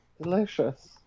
Delicious